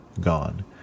gone